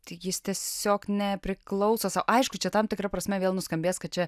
tik jis tiesiog nepriklauso sau aišku čia tam tikra prasme vėl nuskambės kad čia